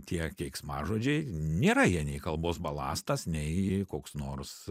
tie keiksmažodžiai nėra jie nei kalbos balastas nei koks nors